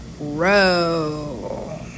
row